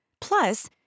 Plus